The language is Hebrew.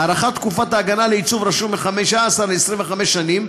הארכת תקופת ההגנה לעיצוב רשום מ-15 ל-25 שנים,